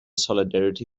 solidarity